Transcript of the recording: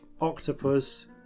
Octopus